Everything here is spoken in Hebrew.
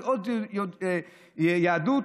יהדות,